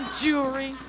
jewelry